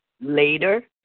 later